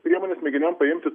priemones mėginiam paimti